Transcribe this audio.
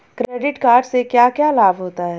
Credit card से क्या क्या लाभ होता है?